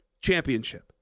championship